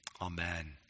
Amen